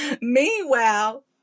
meanwhile